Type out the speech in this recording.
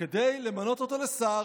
כדי למנות אותו לשר.